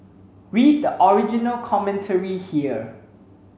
read the original commentary here